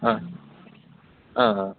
অঁ অঁ